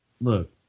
Look